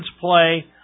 play